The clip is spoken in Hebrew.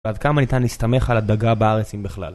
ועד כמה ניתן להסתמך על הדגה בארצ אם בכלל?